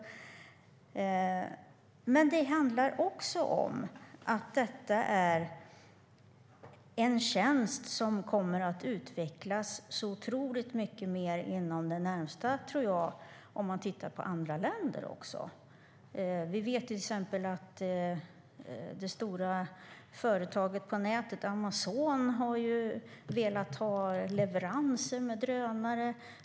Om man tittar på andra länder ser man att detta är en tjänst som kommer att utvecklas otroligt mycket mer inom den närmaste tiden. Vi vet att till exempel det stora företaget på nätet, Amazon, har velat ha leveranser med drönare.